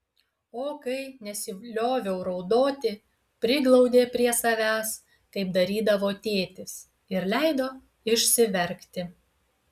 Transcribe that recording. o kai nesilioviau raudoti priglaudė prie savęs kaip darydavo tėtis ir leido išsiverkti